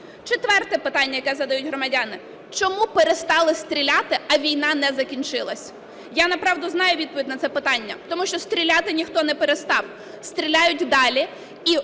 Четверте питання, яке задають громадяни: "Чому перестали стріляти, а війна не закінчилася?" Я, направду, знаю відповідь на це питання: тому що стріляти ніхто не перестав, стріляють далі.